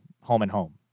home-and-home